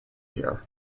here